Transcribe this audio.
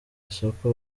isoko